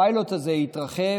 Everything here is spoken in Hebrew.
הפיילוט הזה התרחב,